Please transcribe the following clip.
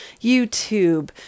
YouTube